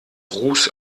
ruß